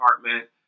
apartment